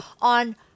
on